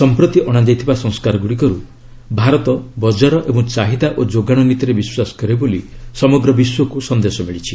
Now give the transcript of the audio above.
ସଂପ୍ରତି ଅଶାଯାଇଥିବା ସଂସ୍କାରଗୁଡ଼ିକର୍ ଭାରତ ବଜାର ଏବଂ ଚାହିଦା ଓ ଯୋଗାଣ ନୀତିରେ ବିଶ୍ୱାସ କରେ ବୋଲି ସମଗ୍ର ବିଶ୍ୱକୁ ସନ୍ଦେଶ ମିଳିଛି